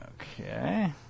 okay